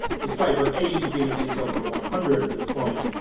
despite her age being at least over one hundred at this point,